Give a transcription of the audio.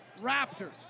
Raptors